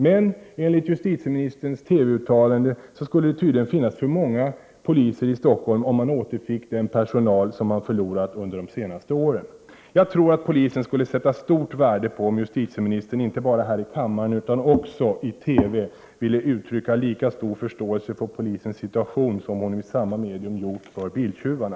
Men enligt justitieministerns TV-uttalande skulle det tydligen finnas för många poliser i Stockholm om man återfick den personal som man förlorat under de senaste åren. Jag tror att polisen skulle sätta stort värde på om justitieministern inte bara här i kammaren utan också i TV ville uttrycka lika stor förståelse för polisens situation som hon i sistnämnda medium gjort för biltjuvarna.